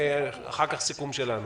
ואחר כך סיכום שלנו.